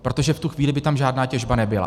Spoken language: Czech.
Protože v tu chvíli by tam žádná těžba nebyla.